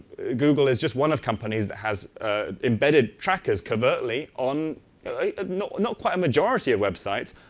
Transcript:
google is just one of companies that has ah embedded trackers covertly on not and not quite a majority of websites,